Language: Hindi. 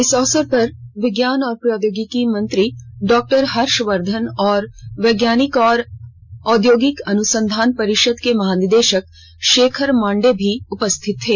इस अवसर पर विज्ञान और प्रौद्योगिकी मंत्री डॉहर्षवर्धन और वैज्ञानिक और औद्योगिक अनुसंधान परिषद के महानिदेशक शेखर मंडे भी उपस्थित थे